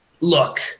Look